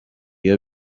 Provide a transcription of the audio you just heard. iyo